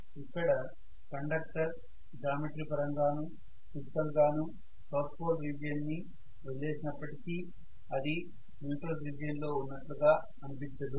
ఇక్కడ conductor geometry పరంగానూ physical గానూ సౌత్ పోల్ రీజియన్ ని వదిలేసినప్పటికీ అది న్యూట్రల్ రీజియన్ లో ఉన్నట్లు గా అనిపించదు